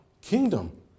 kingdom